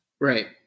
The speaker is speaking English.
Right